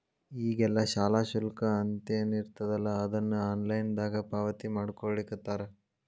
ಈಗೆಲ್ಲಾ ಶಾಲಾ ಶುಲ್ಕ ಅಂತೇನಿರ್ತದಲಾ ಅದನ್ನ ಆನ್ಲೈನ್ ದಾಗ ಪಾವತಿಮಾಡ್ಕೊಳ್ಳಿಖತ್ತಾರ